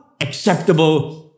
acceptable